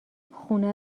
خونه